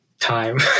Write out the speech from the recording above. time